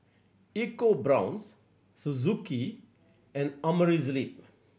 EcoBrown's Suzuki and Amerisleep